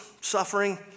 suffering